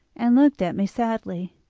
and looked at me sadly.